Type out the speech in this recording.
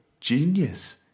genius